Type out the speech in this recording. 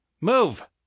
Move